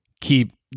keep